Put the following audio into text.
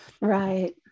right